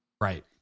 Right